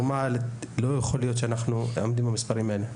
לא יכול להיות שאנחנו עומדים במספרים האלה.